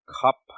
cup